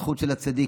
הזכות של הצדיק,